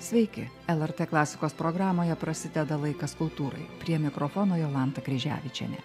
sveiki lrt klasikos programoje prasideda laikas kultūrai prie mikrofono jolanta kryževičienė